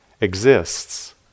exists